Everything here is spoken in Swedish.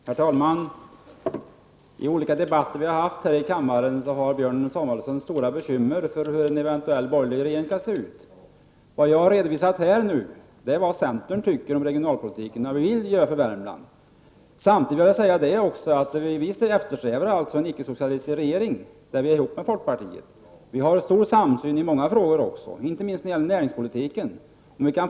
Herr talman! I olika debatter i kammaren har Björn Samuelson uttalat stora bekymmer för hur en eventuell borgerlig regering skall se ut. Jag har redovisat vad centern tycker om regionalpolitiken och vad vi vill göra för Värmland. Vi i centern eftersträvar en icke-socialistisk regering tillsammans med folkpartiet. Vi har en stor samsyn i många frågor, inte minst när det gäller näringspolitiken.